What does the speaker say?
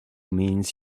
means